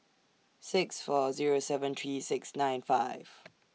six four Zero seven three six nine five